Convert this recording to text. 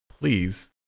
please